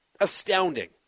astounding